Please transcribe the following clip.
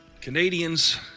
Canadians